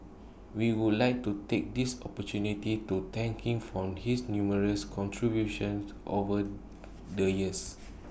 we would like to take this opportunity to thank him for his numerous contributions over the years